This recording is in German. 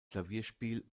klavierspiel